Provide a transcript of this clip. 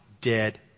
dead